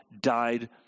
died